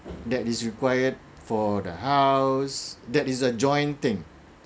that is required for the house that is adjoined thing